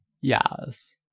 yes